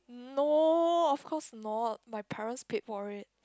no of course not my parents pay for it